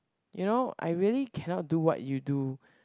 you know I really cannot do what you do